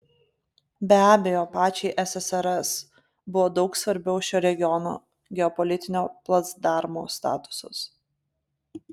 be abejo pačiai ssrs buvo daug svarbiau šio regiono geopolitinio placdarmo statusas